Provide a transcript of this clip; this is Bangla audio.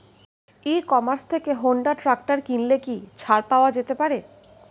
ই কমার্স থেকে হোন্ডা ট্রাকটার কিনলে কি ছাড় পাওয়া যেতে পারে?